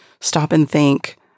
stop-and-think